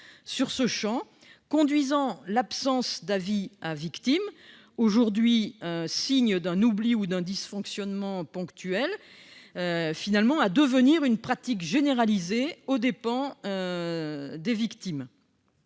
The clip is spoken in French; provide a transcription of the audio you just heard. sur ce champ, conduisant l'absence d'avis à victime, aujourd'hui signe d'un oubli ou d'un dysfonctionnement ponctuel, à devenir une pratique généralisée aux dépens des victimes.